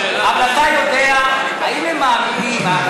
אבל אתה יודע אם הם מאמינים,